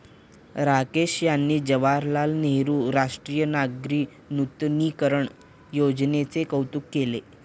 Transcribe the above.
राकेश यांनी जवाहरलाल नेहरू राष्ट्रीय नागरी नूतनीकरण योजनेचे कौतुक केले